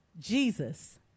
Jesus